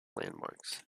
landmarks